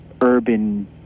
Urban